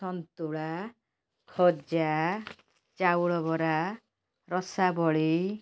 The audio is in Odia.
ସନ୍ତୁଳା ଖଜା ଚାଉଳ ବରା ରସାବଳି